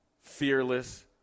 fearless